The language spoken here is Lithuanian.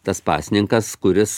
tas pasninkas kuris